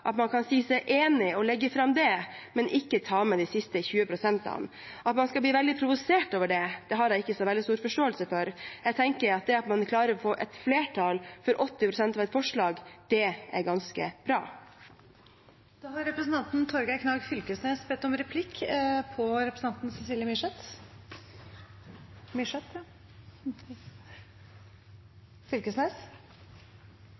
seg enig og legger fram det, men ikke tar med de siste 20 pst. At man skal bli veldig provosert av det, har jeg ikke så veldig stor forståelse for. Jeg tenker at det at man klarer å få flertall for 80 pst. av et forslag, er ganske bra. Det blir replikkordskifte. Representanten